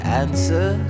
answer